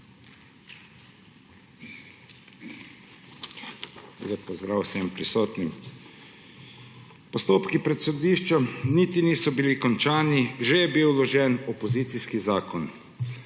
pozdrav vsem prisotnim! Postopki pred sodiščem niti niso bili končani, že je bil vložen opozicijski zakon.